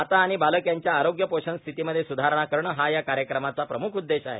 माता आणि बालक यांच्या आरोग्य पोषण स्थितीमध्ये सुधारणा करणे हा या कार्यक्रमाचा प्रमुख उद्वेश आहे